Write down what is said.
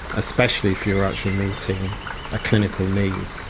especially if you're actually meeting a clinical need.